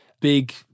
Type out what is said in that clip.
Big